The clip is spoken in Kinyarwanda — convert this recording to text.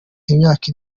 imyaka